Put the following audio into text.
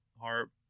harp